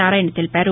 నారాయణ తెలిపారు